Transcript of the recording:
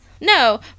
No